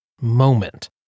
moment